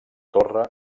torre